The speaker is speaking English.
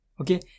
Okay